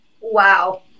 Wow